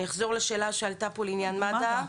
אני אחזור לשאלה שהועלתה פה לעניין מד"א.